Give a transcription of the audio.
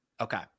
Okay